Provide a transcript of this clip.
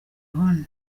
hon